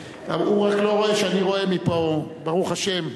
הוא רק לא רואה שאני רואה מפה, ברוך השם.